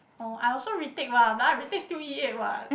orh I also retake what but I retake still E eight what